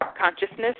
consciousness